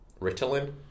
Ritalin